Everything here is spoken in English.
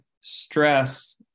stress